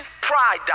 pride